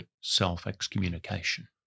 self-excommunication